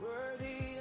Worthy